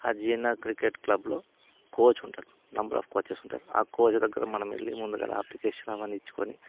ఆ GNR cricket క్లబ్లో coach ఉంటాడు నంబర్ ఆఫ్ కోచెస్ ఉంటారు ఆ కోచెస్ దగ్గర మనం వెళ్ళి ముందుగాల అప్లికేషన్ అవన్నీ ఇచ్చుకొని